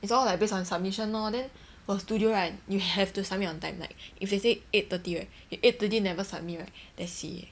it's all like based on submission lor then for studio right you have to submit on time like if they say eight thirty right you eight thirty never submit right that's it eh